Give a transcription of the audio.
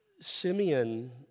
Simeon